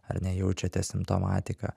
ar nejaučiate simptomatiką